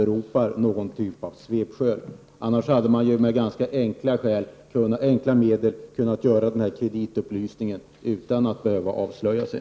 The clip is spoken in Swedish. Annars hade man ju med ganska enkla medel kunnat få denna kreditupplysning utan att behöva avslöja sig.